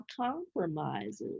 compromises